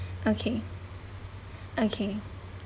okay okay